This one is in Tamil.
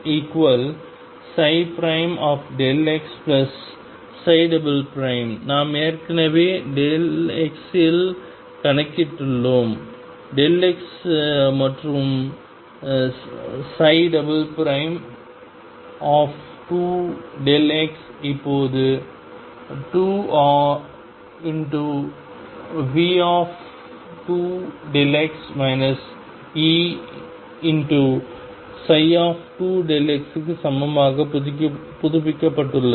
2Δxx நாம் ஏற்கனவே x இல் கணக்கிட்டுள்ளோம் x மற்றும் 2x இப்போது 2V2Δx Eψ க்கு சமமாக புதுப்பிக்கப்பட்டுள்ளது